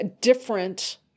different